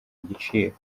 igiciro